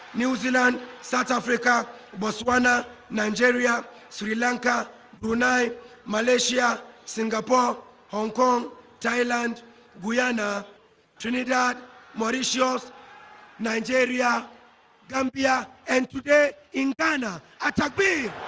new zealand south africa botswana nigeria sri, lanka oona malaysia, singapore hong kong thailand viana trinidad mauritius nigeria campea and today in tana atopy